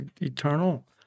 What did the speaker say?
eternal